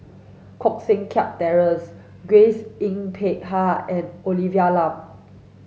Koh Seng Kiat Terence Grace Yin Peck Ha and Olivia Lum